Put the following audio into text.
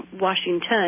Washington